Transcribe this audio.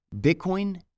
Bitcoin